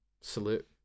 Salute